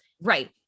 Right